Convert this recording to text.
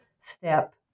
step